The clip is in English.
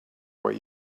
what